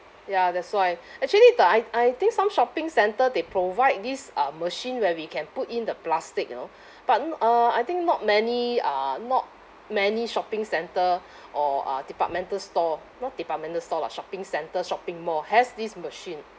ya that's why actually the I I think some shopping centre they provide this uh machine where we can put in the plastic you know but uh I think not many uh not many shopping centre or uh departmental store not departmental store lah shopping centre shopping mall has this machine